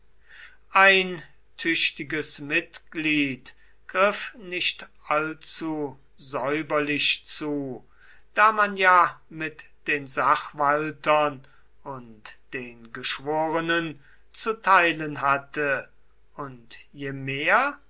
ein tüchtiges mitglied griff nicht allzu säuberlich zu da man ja mit den sachwaltern und den geschworenen zu teilen hatte und je mehr